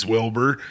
Wilbur